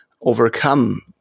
overcome